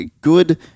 good